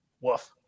woof